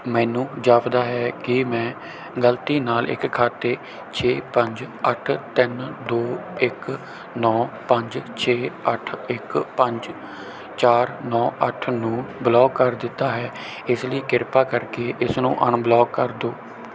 ਮੈਨੂੰ ਜਾਪਦਾ ਹੈ ਕਿ ਮੈਂ ਗਲਤੀ ਨਾਲ ਇੱਕ ਖਾਤੇ ਛੇ ਪੰਜ ਅੱਠ ਤਿੰਨ ਦੋ ਇੱਕ ਨੌ ਪੰਜ ਛੇ ਅੱਠ ਇੱਕ ਪੰਜ ਚਾਰ ਨੌ ਅੱਠ ਨੂੰ ਬਲੌਕ ਕਰ ਦਿੱਤਾ ਹੈ ਇਸ ਲਈ ਕਿਰਪਾ ਕਰਕੇ ਇਸਨੂੰ ਅਨਬਲੌਕ ਕਰ ਦਿਉ